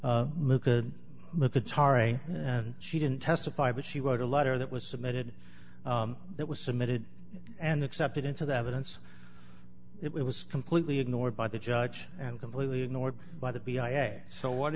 lucas the tare she didn't testify but she wrote a letter that was submitted that was submitted and accepted into the evidence it was completely ignored by the judge and completely ignored by the b i a so what